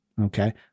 Okay